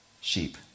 sheep